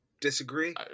disagree